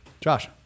Josh